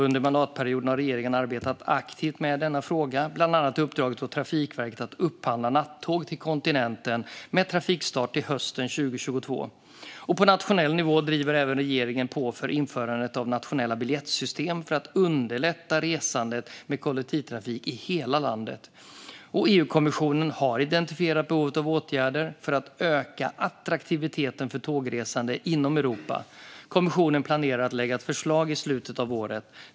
Under mandatperioden har regeringen arbetat aktivt med denna fråga och bland annat uppdragit åt Trafikverket att upphandla nattåg till kontinenten med trafikstart till hösten 2022. På nationell nivå driver även regeringen på för införandet av nationella biljettsystem för att underlätta resande med kollektivtrafik i hela landet. EU-kommissionen har identifierat behovet av åtgärder för att öka attraktiviteten för tågresande inom Europa. Kommissionen planerar att lägga ett förslag i slutet av året.